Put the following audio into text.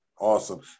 Awesome